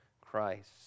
Christ